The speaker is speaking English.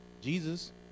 Jesus